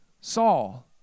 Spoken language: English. Saul